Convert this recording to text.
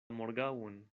morgaŭon